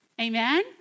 Amen